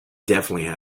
definitely